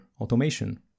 Automation